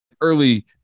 early